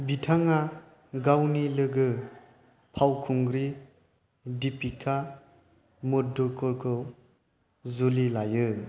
बिथाङा गावनि लोगो फावखुंग्रि दिपिका मधुकरखौ जुलि लायो